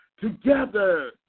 together